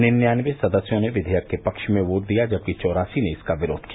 निन्यानवे सदस्यों ने विवेयक के पक्ष में योट दिया जबकि चौरासी ने इसका विरोध किया